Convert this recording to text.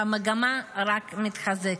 והמגמה רק מתחזקת.